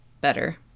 better